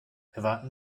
erwarten